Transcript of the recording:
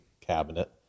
cabinet